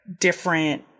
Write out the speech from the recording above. different